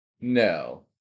No